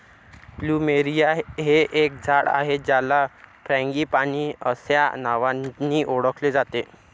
plumeria हे एक झाड आहे ज्याला फ्रँगीपानी अस्या नावानी ओळखले जाते